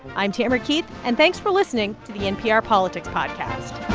i'm tamara keith, and thanks for listening to the npr politics podcast